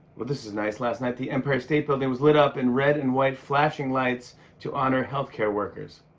well, this is nice. last night, the empire state building was lit up in red-and-white flashing lights to honor healthcare workers.